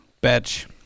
badge